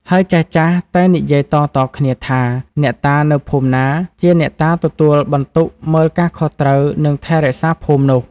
ហើយចាស់ៗតែងនិយាយតៗគ្នាថា អ្នកតានៅភូមិណាជាអ្នកតាទទួលបន្ទុកមើលការខុសត្រូវ និងថែរក្សាភូមិនោះ។